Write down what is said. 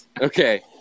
Okay